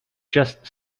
just